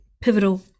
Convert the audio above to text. pivotal